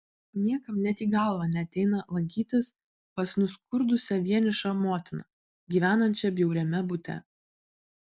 niekam net į galvą neateina lankytis pas nuskurdusią vienišą motiną gyvenančią bjauriame bute